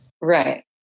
Right